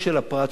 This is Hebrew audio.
שמתנגד,